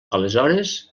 aleshores